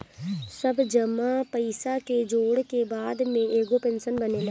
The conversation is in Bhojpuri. सब जमा पईसा के जोड़ के बाद में एगो पेंशन बनेला